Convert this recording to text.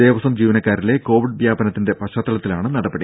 ദേവസ്വം ജീവനക്കാരിലെ കോവിഡ് വ്യാപനത്തിന്റെ പശ്ചാത്തലത്തിലാണ് നടപടി